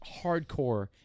hardcore